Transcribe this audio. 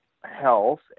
health